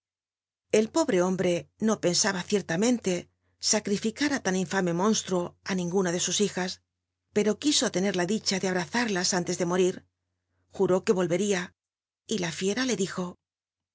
el pobre hombre no pensaba cicrlamcnlc sacrificar á tan infame mónstruo ninguna de sus hijas pero quiso tener la dicla de abrazarlas ánles de morir juró que rolrcria y la fiera le dijo